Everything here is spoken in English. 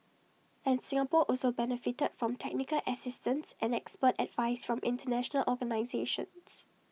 and Singapore also benefited from technical assistance and expert advice from International organisations